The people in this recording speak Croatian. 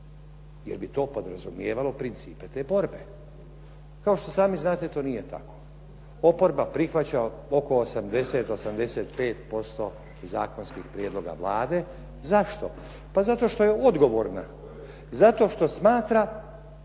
jer bi to podrazumijevalo principe te borbe. Kao što sami znate, to nije tako. Oporba prihvaća oko 80, 85% zakonskih prijedloga Vlade. Zašto? Pa zato što je odgovorna. Zato što smatra